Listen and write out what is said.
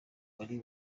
wari